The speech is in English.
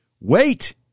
wait